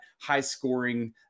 high-scoring